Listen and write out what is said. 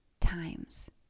times